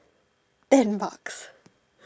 ten bucks